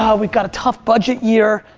ah we've got a tough budget year.